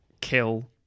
kill